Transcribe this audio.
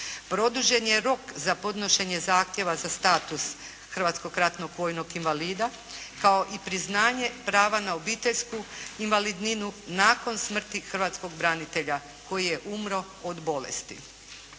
Produžen je rok za podnošenje zahtjeva za status hrvatskog ratnog vojnog invalida kao i priznanje prava na obiteljsku invalidninu nakon smrti hrvatskog branitelja koji je umro od bolesti.